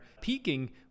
peaking